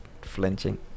flinching